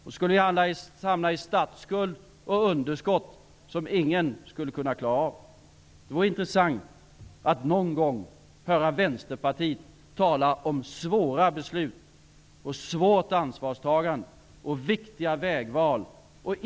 Vi skulle alla hamna i en statsskuld och ett underskott som ingen skulle kunna klara av. Det vore intressant att någon gång höra Vänsterpartiet tala om svåra beslut, ett svårt ansvarstagande och viktiga vägval.